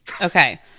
Okay